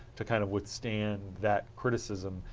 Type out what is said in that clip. to kind of withstand that criticism.